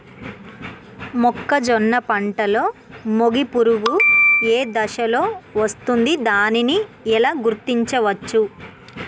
మొక్కజొన్న పంటలో మొగి పురుగు ఏ దశలో వస్తుంది? దానిని ఎలా గుర్తించవచ్చు?